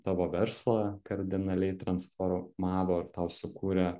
tavo verslą kardinaliai transformavo ir tau sukūrė